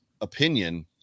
Opinion